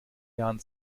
jahren